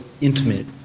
intimate